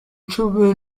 cumi